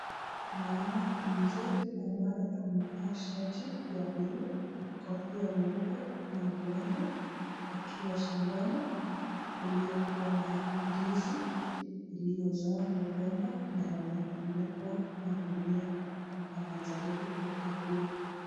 Naona mzee ambaye amevaa shati ya buluu, kofia nyeupe na miwani akiwa shambani kuliko na ndizi iliyozaa mgomba na imefunikwa na gunia anajaribu kukagua.